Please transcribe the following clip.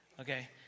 Okay